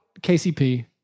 KCP